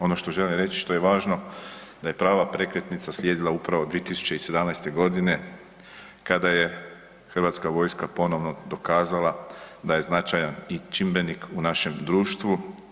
Ono što želim reći što je važno, da je prava prekretnica slijedila upravo 2017. godine kada je Hrvatska vojska ponovno dokazala da je značajan i čimbenik u našem društvu.